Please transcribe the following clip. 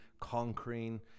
conquering